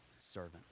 servant